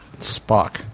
Spock